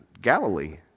Galilee